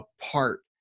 apart